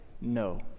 no